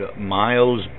Miles